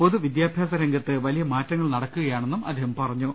പൊതു വിദ്യാഭ്യാസ രംഗത്ത് വലിയ മാറ്റങ്ങൾ നടക്കുകയാണെന്നും മന്ത്രി പറഞ്ഞു